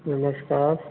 नमस्कार